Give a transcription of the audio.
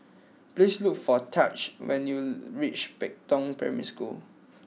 please look for Tahj when you reach Pei Tong Primary School